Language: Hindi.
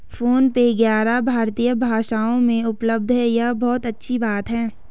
फोन पे ग्यारह भारतीय भाषाओं में उपलब्ध है यह बहुत अच्छी बात है